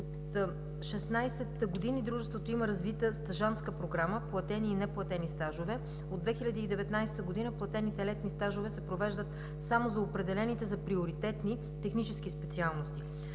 От 16 години дружеството има развита стажантска програма, платени и неплатени стажове. От 2019 г. платените летни стажове се провеждат само за определените за приоритетни технически специалности.